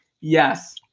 Yes